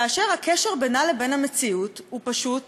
כאשר הקשר בינה ובין המציאות הוא פשוט